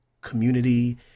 community